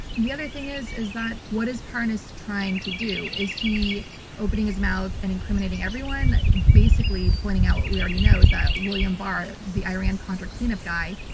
the other thing is is that, what is parnas trying to do? is he opening his mouth and incriminating everyone? basically, pointing out what we already know? that william barr, the iran-contra cleanup guy,